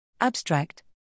ABSTRACT